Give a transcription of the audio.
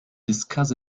discuss